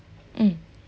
mm